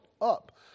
up